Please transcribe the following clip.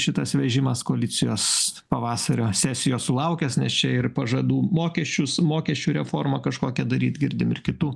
šitas vežimas koalicijos pavasario sesijos sulaukęs nes čia ir pažadų mokesčius mokesčių reformą kažkokią daryt girdim ir kitų